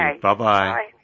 Bye-bye